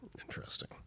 Interesting